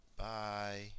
Bye